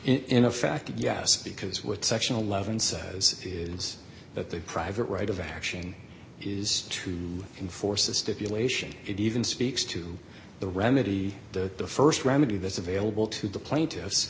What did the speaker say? in a fact yes because what sectional levon says is that the private right of action is to enforce a stipulation it even speaks to the remedy that the st remedy this available to the plaintiffs